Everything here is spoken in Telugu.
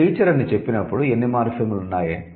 మీరు 'టీచర్' అని చెప్పినప్పుడు ఎన్ని మార్ఫిమ్లు ఉన్నాయి